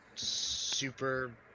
super